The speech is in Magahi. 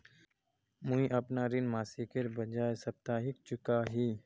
मुईअपना ऋण मासिकेर बजाय साप्ताहिक चुका ही